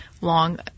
long